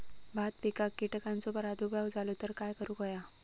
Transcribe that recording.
भात पिकांक कीटकांचो प्रादुर्भाव झालो तर काय करूक होया?